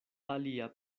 alia